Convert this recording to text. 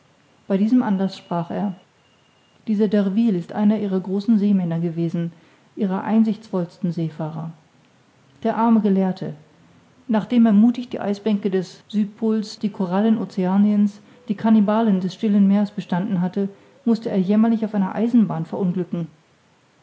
bei diesem anlaß sprach er dieser d'urville ist einer ihrer großen seemänner gewesen ihrer einsichtsvollsten seefahrer der arme gelehrte nachdem er muthig die eisbänke des südpols die korallen oceaniens die kannibalen des stillen meeres bestanden hatte mußte er jämmerlich auf einer eisenbahn verunglücken